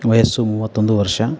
ವಯಸ್ಸು ಮೂವತ್ತೊಂದು ವರ್ಷ